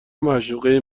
معشوقه